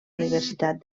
universitat